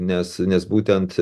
nes nes būtent